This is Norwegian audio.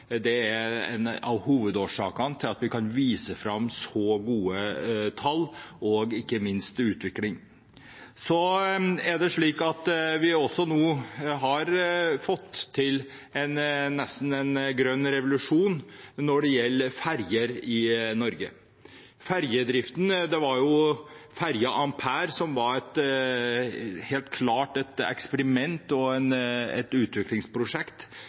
Det er en av hovedårsakene til at vi kan vise fram så gode tall og ikke minst en god utvikling. Vi har nå også nesten fått til en grønn revolusjon når det gjelder ferjer i Norge. Ferja «Ampere» var helt klart et eksperiment og et utviklingsprosjekt